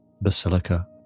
Basilica